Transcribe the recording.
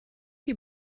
die